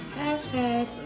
Hashtag